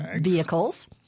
vehicles